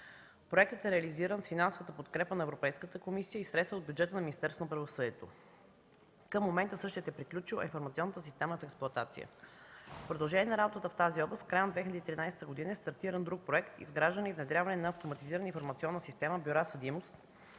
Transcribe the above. Проектът е реализиран с финансовата подкрепа на Европейската комисия и средства от бюджета на Министерството на правосъдието. Към момента същият е приключил информационната система от експлоатация. В продължение на работата в тази област в края на 2013 г. е стартиран друг проект – „Изграждане и внедряване на Автоматизирана информационна система „Бюра съдимост”,